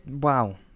Wow